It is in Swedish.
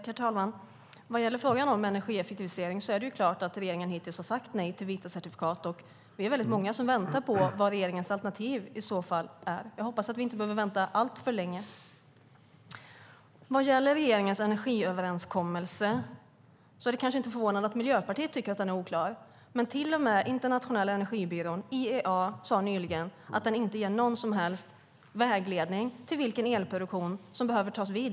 Herr talman! Vad gäller frågan om energieffektivisering är det klart att regeringen hittills har sagt nej till vita certifikat. Vi är väldigt många som väntar på vad regeringens alternativ i så fall är. Jag hoppas att vi inte behöver vänta alltför länge. Vad gäller regeringens energiöverenskommelse är det kanske inte förvånande att Miljöpartiet tycker att den är oklar, men till och med den internationella miljöbyrån, IEA, sade nyligen att den inte ger någon som helst vägledning till vilken elproduktion som behöver ta vid.